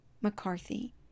McCarthy